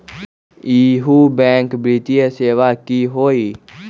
इहु बैंक वित्तीय सेवा की होई?